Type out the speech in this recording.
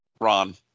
Ron